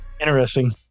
interesting